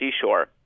Seashore